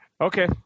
Okay